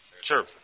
Sure